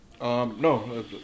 No